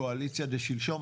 קואליציה דשלשום.